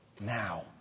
now